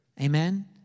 Amen